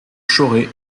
chauray